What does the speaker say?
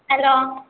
hello